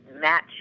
match